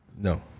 No